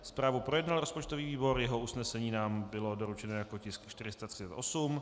Zprávu projednal rozpočtový výbor, jeho usnesení nám bylo doručeno jako tisk 438.